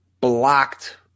blocked